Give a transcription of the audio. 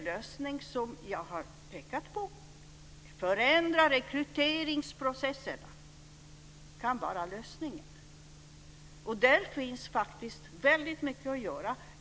Just det som jag har pekat på om att förändra rekryteringsprocesserna kan vara lösningen. Där finns det faktiskt väldigt mycket att göra.